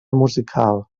musical